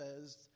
says